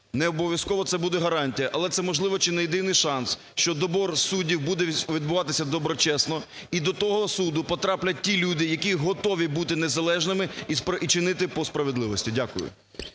не обов'язково це буде гарантія, але це, можливо, чи не єдиний шанс, що добір суддів буде відбуватися доброчесно і до того суду потраплять ті люди, які готові бути незалежними і чинити по-справедливості. Дякую.